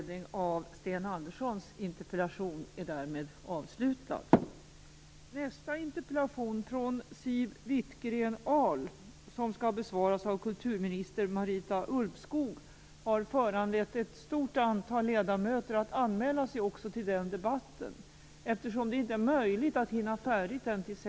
Nästa interpellation från Siw Wittgren-Ahl som skall besvaras av kulturminister Marita Ulvskog har föranlett ett stort antal ledamöter att anmäla sig till den debatten. Eftersom det inte är möjligt att hinna färdigt den till kl.